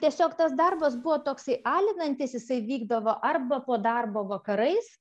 tiesiog tas darbas buvo toksai alinantis jisai vykdavo arba po darbo vakarais